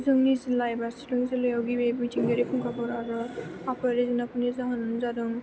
जोंनि जिलला एबा चिरां जिललायाव गिबि मिथिंगायारि फुंखाफोर आरो आबहावायारिफोरनि जाहोनानो जादों